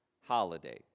holiday